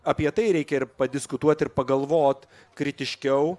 apie tai reikia ir padiskutuot ir pagalvot kritiškiau